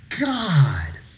God